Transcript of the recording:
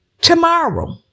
Tomorrow